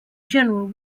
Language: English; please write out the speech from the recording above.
general